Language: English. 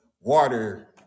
water